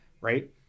right